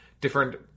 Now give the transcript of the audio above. different